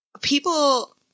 people